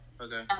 okay